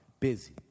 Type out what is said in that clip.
busy